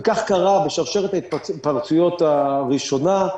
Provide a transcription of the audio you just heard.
וכך קרה בשרשרת ההתפרצויות הראשונה.